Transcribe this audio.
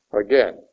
Again